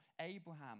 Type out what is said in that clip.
Abraham